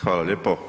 Hvala lijepo.